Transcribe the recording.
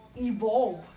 evolve